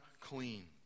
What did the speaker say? clean